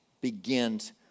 begins